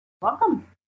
Welcome